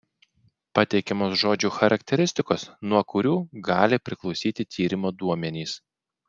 pateikiamos žodžių charakteristikos nuo kurių gali priklausyti tyrimo duomenys